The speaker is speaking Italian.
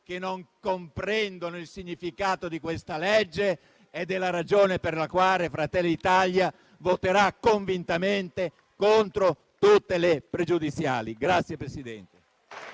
che non comprende il significato di questa legge e la ragione per la quale Fratelli d'Italia voterà convintamente contro tutte le pregiudiziali.